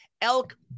elk